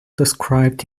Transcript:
described